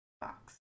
box